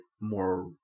more